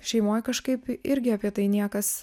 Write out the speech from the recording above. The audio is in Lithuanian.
šeimoj kažkaip irgi apie tai niekas